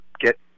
get